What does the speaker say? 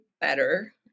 better